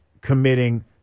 committing